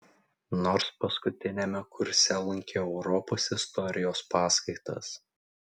nors paskutiniame kurse lankiau europos istorijos paskaitas